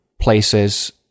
places